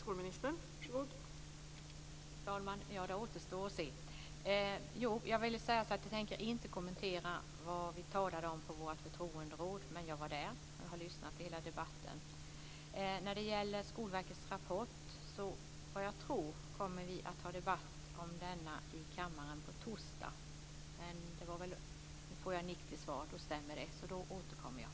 Fru talman! Ja, det återstår att se. Jag vill säga att jag inte tänker kommentera vad vi talade om på vårt förtroenderåd, men jag var där och lyssnade på hela debatten. När det gäller Skolverkets rapport kommer vi att ha en debatt om den på torsdag, så jag återkommer då.